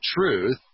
truth